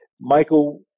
Michael